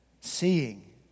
seeing